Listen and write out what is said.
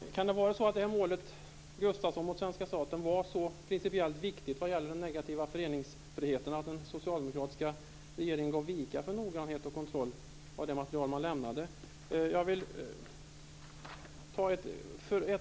Fru talman! Kan det vara så att målet Gustafsson mot svenska staten var så principiellt viktigt angående den negativa föreningsfriheten att den socialdemokratiska regeringen gav vika för noggrannhet och kontroll när det gäller det material som man lämnade? Vi hade